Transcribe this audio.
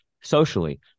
socially